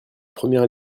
première